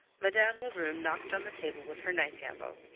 madame lebrun knocked on the table with her knife handle.